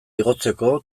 igotzeko